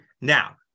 Now